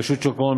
רשות שוק ההון,